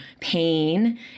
pain